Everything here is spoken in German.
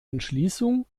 entschließung